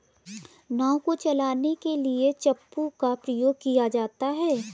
नाव को चलाने के लिए चप्पू का प्रयोग किया जाता है